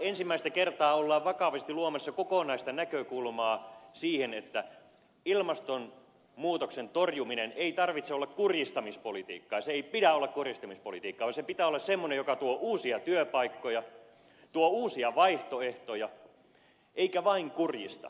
ensimmäistä kertaa me olemme vakavasti luomassa kokonaista näkökulmaa siihen että ilmastonmuutoksen torjumisen ei tarvitse olla kurjistamispolitiikkaa sen ei pidä olla kurjistamispolitiikkaa vaan sen pitää olla semmoista että se tuo uusia työpaikkoja tuo uusia vaihtoehtoja eikä vain kurjista